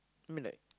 I mean like